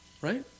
right